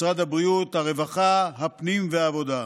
משרד הבריאות, הרווחה, הפנים והעבודה.